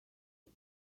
the